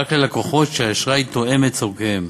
רק ללקוחות שהאשראי תואם את צורכיהם